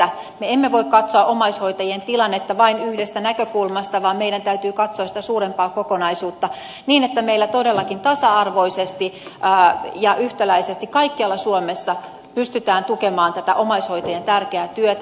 me emme voi katsoa omaishoitajien tilannetta vain yhdestä näkökulmasta vaan meidän täytyy katsoa sitä suurempaa kokonaisuutta niin että meillä todellakin tasa arvoisesti ja yhtäläisesti kaikkialla suomessa pystytään tukemaan tätä omaishoitajien tärkeää työtä